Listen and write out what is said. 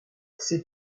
c’est